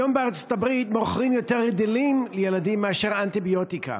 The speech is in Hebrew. היום בארצות הברית מוכרים ריטלין לילדים יותר מאשר אנטיביוטיקה,